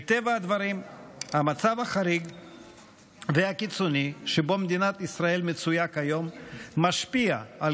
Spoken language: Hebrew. מטבע הדברים המצב החריג והקיצוני שבו מדינת ישראל מצויה כיום משפיע על